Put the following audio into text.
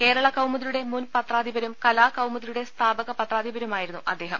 കേരള കൌമുദിയുടെ മുൻ പത്രാധിപരും കലാ കൌമുദിയുടെ സ്ഥാപക പത്രാധിപരുമായിരുന്നു അദ്ദേഹം